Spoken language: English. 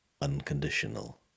unconditional